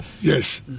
yes